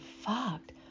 Fucked